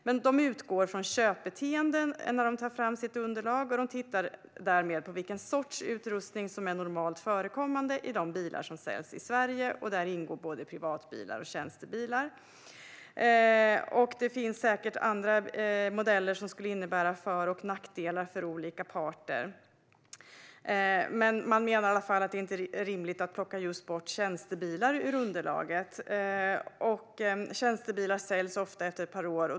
Men de utgår från köpbeteenden när de tar fram sitt underlag, och de tittar därmed på vilken sorts utrustning som är normalt förekommande i de bilar som säljs i Sverige. Där ingår både privatbilar och tjänstebilar. Det finns säkert andra modeller som skulle innebära för och nackdelar för olika parter. Men man menar att det inte är rimligt att plocka bort just tjänstebilar ur underlaget. Tjänstebilar säljs ofta efter ett par år.